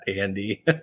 andy